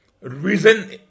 reason